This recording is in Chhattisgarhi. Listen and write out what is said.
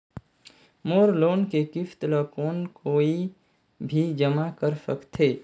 मोर लोन के किस्त ल कौन कोई भी जमा कर सकथे?